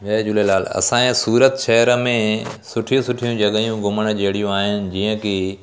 जय झूलेलाल असांजे सूरत शहर में सुठियूं सुठियूं जॻहियूं घुमण जी अहिड़ियूं आहिनि जीअं की